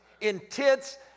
Intense